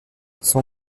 son